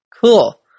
cool